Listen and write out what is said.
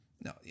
no